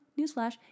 newsflash